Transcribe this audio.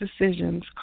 decisions